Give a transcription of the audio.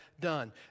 done